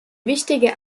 wichtige